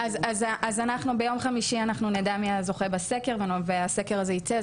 אז אנחנו ביום חמישי אנחנו נדע מי הזוכה בסקר והסקר הזה ייצא,